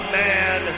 man